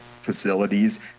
facilities